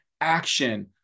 action